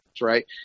right